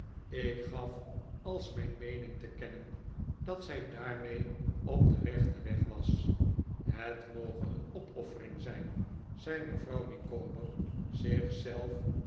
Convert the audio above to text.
ik gaf als mijn meening te kennen dat zij daarmee op den rechten weg was het moge een opoffering zijn zei mevrouw micawber